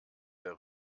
der